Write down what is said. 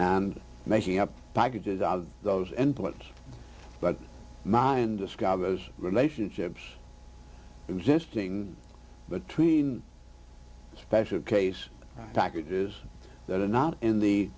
and making up packages of those inputs but mine described as relationships existing between a special case packages that are not in the